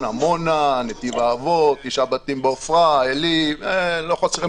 עמונה, נתיב האבות, תשעה בתים בעופרה, עלי וכולי.